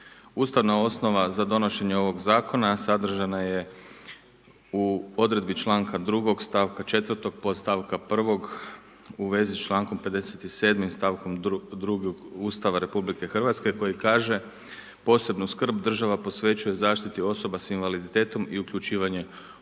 Ustavna osnova za donošenje ovog zakona, sadržana je u odredbi čl. 2. stavka 4. podstavka 1. u vezi s čl. 57. stavkom 2. Ustava RH koji kaže posebnu skrb država posvećuje zaštiti osoba s invaliditetom i uključivanje u